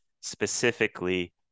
specifically